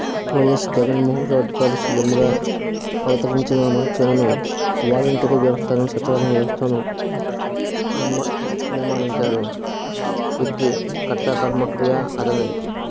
why S Jaganmohan Reddy గారు సీఎంగా అవతరించిన మరు క్షణమే వాలంటరీ వ్యవస్థను సచివాలయం వ్యవస్థను నిర్మా నిర్మానించారు వీటికి కర్త కర్మ క్రియ అతనే